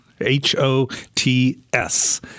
H-O-T-S